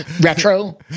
retro